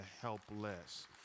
helpless